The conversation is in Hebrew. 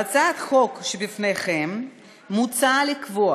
בהצעת החוק שלפניכם מוצע לקבוע